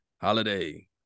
Holiday